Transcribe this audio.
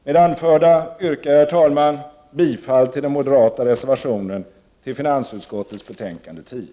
Med det anförda yrkar jag, herr talman, bifall till den moderata reservation som är fogad till finansutskottets betänkande 10.